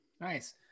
Nice